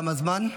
תם הזמן.